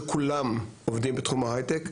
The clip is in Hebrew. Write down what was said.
שכולם עובדים בתחום ההייטק,